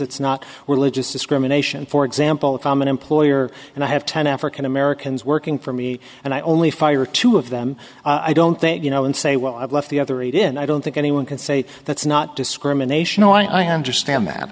logistics criminalisation for example if i'm an employer and i have ten african americans working for me and i only fire two of them i don't think you know and say well i've left the other eight in i don't think anyone can say that's not discrimination no i understand that